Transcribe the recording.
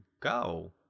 go